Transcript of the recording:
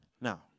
Now